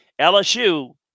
LSU